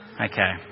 Okay